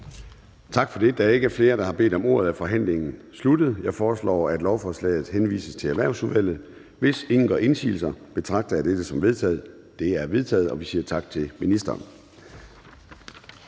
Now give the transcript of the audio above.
Da der ikke er flere, som har bedt om ordet, er forhandlingen sluttet. Jeg foreslår, at lovforslaget henvises til Erhvervsudvalget. Hvis ingen gør indsigelse, betragter jeg dette som vedtaget. Det er vedtaget. --- Det næste